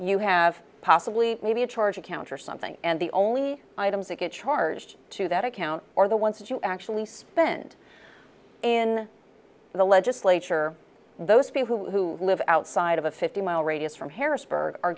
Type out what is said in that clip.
you have possibly maybe a charge account or something and the only items that get charged to that account or the ones that you actually spend in the legislature those people who live outside of a fifty mile radius from harrisburg are